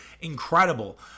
incredible